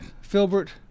filbert